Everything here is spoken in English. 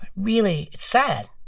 really sad,